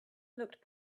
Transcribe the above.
looked